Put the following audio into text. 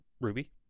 Ruby